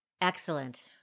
Excellent